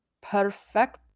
perfect